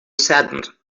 saddened